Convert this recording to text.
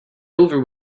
over